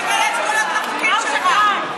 תגייס לחוקים שלך.